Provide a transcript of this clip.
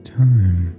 time